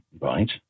Right